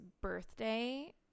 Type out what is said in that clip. birthday